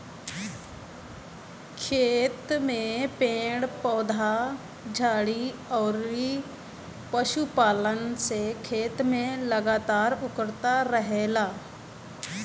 खेत में पेड़ पौधा, झाड़ी अउरी पशुपालन से खेत में लगातार उर्वरता रहेला